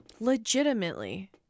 Legitimately